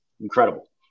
incredible